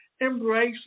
Embrace